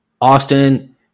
Austin